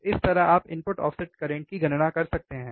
तो इस तरह आप इनपुट ऑफ़सेट करंट की गणना कर सकते हैं